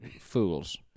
fools